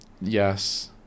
Yes